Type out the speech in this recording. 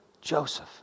Joseph